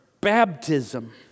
baptism